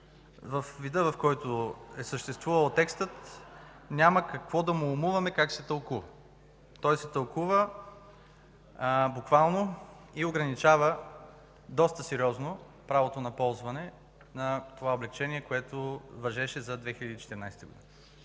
Във вида, в който е съществувал текстът, няма какво да му умуваме как се тълкува. Той се тълкува буквално и ограничава доста сериозно правото на ползване на това облекчение, което важеше за 2014 г.